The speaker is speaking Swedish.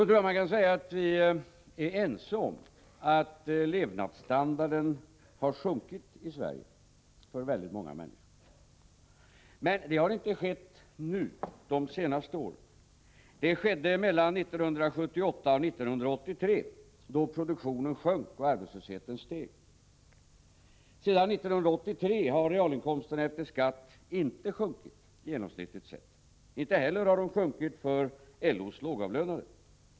Jag tror att man kan säga att vi är ense om att levnadsstandarden har sjunkit för väldigt många människor i Sverige. Men det har inte skett under de senaste åren. Det skedde mellan 1978 och 1983, då produktionen sjönk och arbetslösheten steg. Sedan 1983 har realinkomsterna efter skatt inte sjunkit genomsnittligt sett, inte heller har de sjunkit för LO:s lågavlönade.